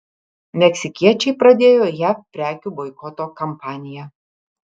meksikiečiai pradėjo jav prekių boikoto kampaniją